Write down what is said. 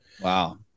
Wow